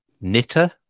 knitter